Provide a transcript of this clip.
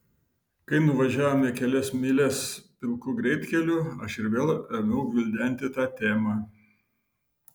kai nuvažiavome kelias mylias pilku greitkeliu aš ir vėl ėmiau gvildenti tą temą